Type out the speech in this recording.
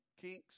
kinks